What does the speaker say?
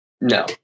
No